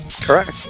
correct